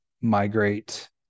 migrate